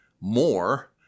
more